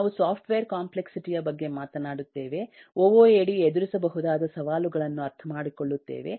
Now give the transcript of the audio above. ನಾವು software complexity ಯ ಬಗ್ಗೆ ಮಾತನಾಡುತ್ತೇವೆ ಒಒಎಡಿ ಎದುರಿಸಬಹುದಾದ ಸವಾಲುಗಳನ್ನು ಅರ್ಥಮಾಡಿಕೊಳ್ಳುತ್ತೇವೆ